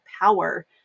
power